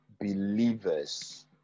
believers